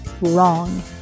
wrong